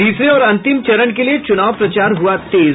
तीसरे और अंतिम चरण के लिये चुनाव प्रचार हुआ तेज